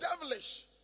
devilish